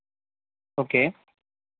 okay